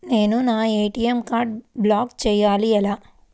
నేను నా ఏ.టీ.ఎం కార్డ్ను బ్లాక్ చేయాలి ఎలా?